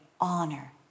honor